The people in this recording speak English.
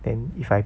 then is like